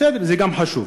בסדר, זה גם חשוב.